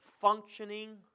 functioning